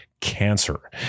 cancer